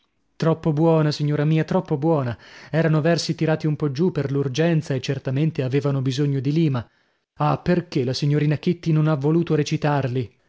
troppo buona signora mia troppo buona erano versi tirati un po giù per l'urgenza e certamente avevano bisogno di lima ah perchè la signorina kitty non ha voluto recitarli